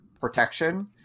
protection